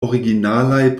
originalaj